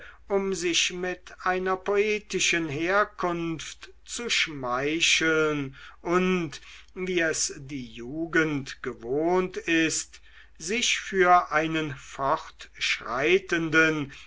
um sich mit einer poetischen herkunft zu schmeicheln und wie es die jugend gewohnt ist sich für einen